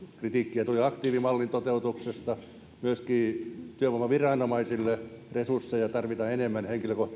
kritiikkiä tuli aktiivimallin toteutuksesta ja myöskin työvoimaviranomaisille resursseja tarvitaan enemmän